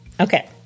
Okay